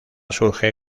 surge